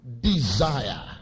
desire